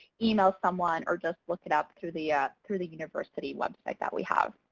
email someone, or just look it up through the ah through the university website that we have.